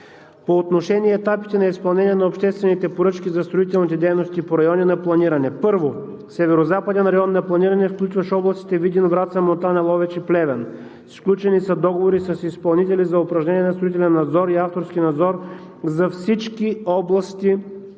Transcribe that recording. По отношение етапите на изпълнение на обществените поръчки за строителните дейности по райони на планиране. Първо, Северозападен район на планиране, включващ областите Видин, Враца, Монтана, Ловеч и Плевен. Сключени са договори с изпълнители за упражняване на строителен надзор и авторски надзор за всички обекти